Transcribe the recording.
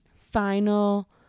final